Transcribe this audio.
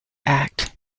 act